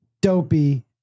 dopey